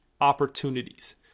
opportunities